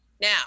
now